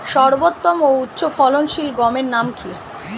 সর্বোত্তম ও উচ্চ ফলনশীল গমের নাম কি?